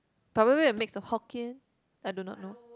probably a mix of hokkien I do not know